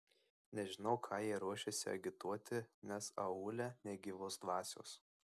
nežinau ką jie ruošiasi agituoti nes aūle nė gyvos dvasios